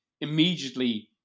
immediately